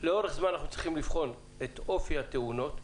לאורך זמן אנחנו צריכים לבחון את אופי התאונות,